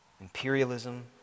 Imperialism